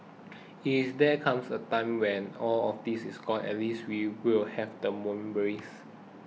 if there comes a time when all of this is gone at least we will have the memories